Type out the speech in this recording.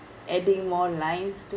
adding more lines